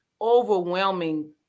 overwhelming